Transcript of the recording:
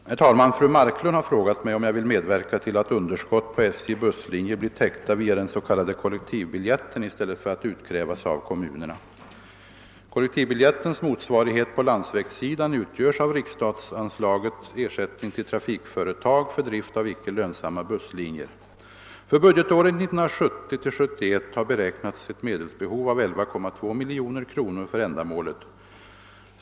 Herr talman! Fru Marklund har frågat mig om jag vill medverka till att underskott på SJ-busslinjer blir täckta via den s.k. kollektivbiljetten i stället för att utkrävas av kommunerna. Kollektivbiljettens motsvarighet på landsvägssidan utgörs av riksstatsanslaget Ersättning till trafikföretag för drift av icke lönsamma busslinjer. För budgetåret 1970/71 har beräknats ett medelsbehov av 11,2 miljoner kronor för ändamålet.